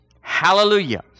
Hallelujah